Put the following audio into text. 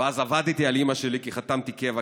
ואז עבדתי על אימא שלי וחתמתי קבע,